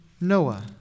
Noah